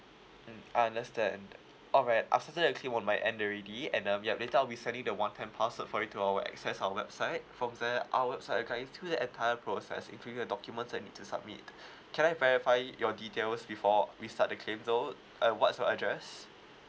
mm I understand alright after that will claim on my end already and um yeah later I'll be sending you the one time password for you to our access our website from there our website will guide your to the entire process including your documents that you need to submit can I verify your details before we start the claim though uh what's your address